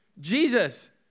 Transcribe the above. Jesus